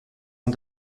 ont